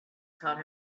taught